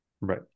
right